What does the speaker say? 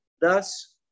thus